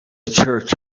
church